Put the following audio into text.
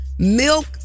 Milk